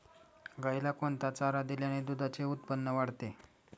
गाईला कोणता चारा दिल्याने दुधाचे उत्पन्न वाढते?